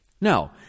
Now